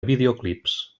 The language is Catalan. videoclips